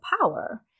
power